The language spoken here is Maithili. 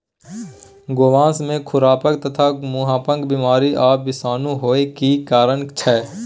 गोवंश में खुरपका तथा मुंहपका बीमारी आ विषाणु होय के की कारण छै?